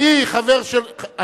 ואני חבר של,